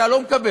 אתה לא מקבל,